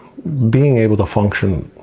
being able to function.